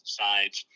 sides